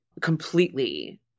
completely